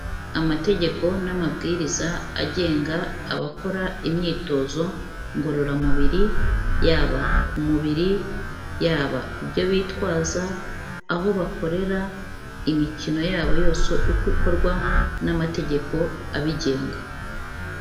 Amategeko n'amabwiriza agenga abakora imyitozo ngorora mubiri yaba ku mubiri ,yaba ibyo bitwaza, aho bakorera imikino yabo yose uko ikorwa n'amategeko abigenga.